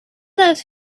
those